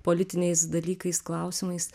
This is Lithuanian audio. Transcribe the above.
politiniais dalykais klausimais